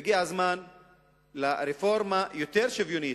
והגיע הזמן לרפורמה יותר שוויונית,